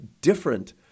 different